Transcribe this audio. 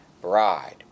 bride